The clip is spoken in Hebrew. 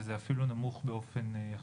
וזה אפילו לא נמוך באופן יחסי.